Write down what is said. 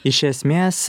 iš esmės